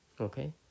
Okay